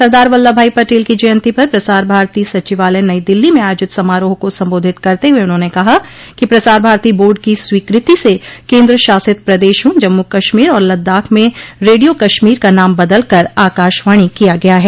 सरदार वल्लभ भाई पटेल की जयंती पर प्रसार भारती सचिवालय नई दिल्ली में आयोजित समारोह को संबोधित करते हुए उन्होंने कहा कि प्रसार भारती बोर्ड की स्वीकृति से केन्द्र शासित प्रदेशों जम्मू कश्मीर और लद्दाख में रेडियो कश्मीर का नाम बदलकर आकाशवाणी किया गया है